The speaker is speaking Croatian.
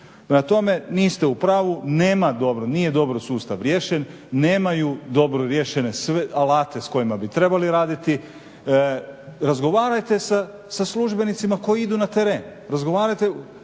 tome, niste u pravu, nema dobro, nije dobro sustav riješen, nemaju dobro riješene sve alate s kojima bi trebali raditi. Razgovarajte sa službenicima koji idu na teren,